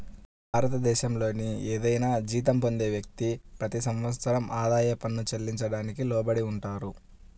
భారతదేశంలోని ఏదైనా జీతం పొందే వ్యక్తి, ప్రతి సంవత్సరం ఆదాయ పన్ను చెల్లించడానికి లోబడి ఉంటారు